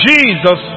Jesus